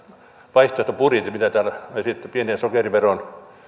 vaihtoehtobudjetti mikä täällä on esitetty pieniä sokeriveron